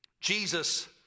Jesus